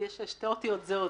בבקשה.